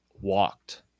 walked